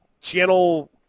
channel